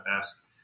best